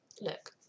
look